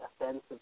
offensive